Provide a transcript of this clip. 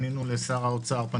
לשר האוצר,